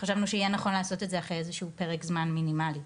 חשבנו שיהיה נכון לעשות את זה אחרי איזה שהוא פרק זמן מינימאלי,